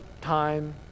time